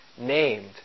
named